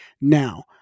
Now